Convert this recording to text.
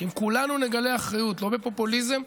שאם כולנו נגלה אחריות, לא בפופוליזם,